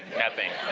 nothing.